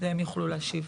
והם יוכלו להשיב.